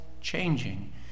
changing